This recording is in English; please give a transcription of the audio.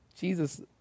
Jesus